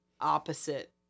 opposite